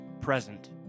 present